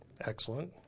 Excellent